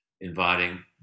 inviting